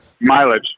Mileage